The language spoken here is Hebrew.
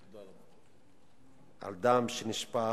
על דם שנשפך,